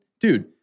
dude